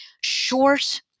short